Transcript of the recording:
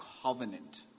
covenant